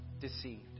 deceived